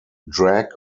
drag